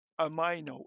amino